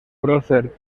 prócer